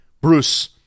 Bruce